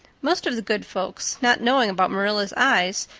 most of the good folks, not knowing about marilla's eyes,